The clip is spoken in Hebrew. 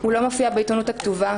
הוא לא מופיע בעיתונות הכתובה,